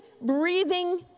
breathing